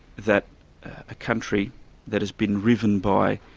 that a country that has been riven by